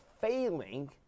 failing